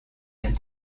and